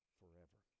forever